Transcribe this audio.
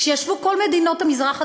כשישבו כל הפרלמנטרים